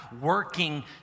working